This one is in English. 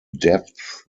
depth